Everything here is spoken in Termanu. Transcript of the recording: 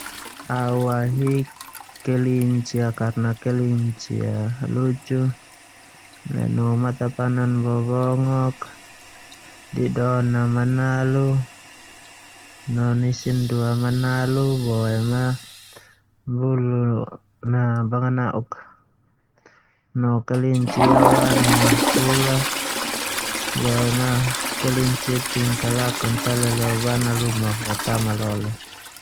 Au ahik kelinci karena kelinci a lucu, nanu matapanan bobongok, didoon na manalu, no nisin dua manalu boema bulun a bangana'uk, no karna kelinci ia warna fulak boema kelinci tingkah laku ta leleo bana luma ho ta malole.